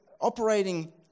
operating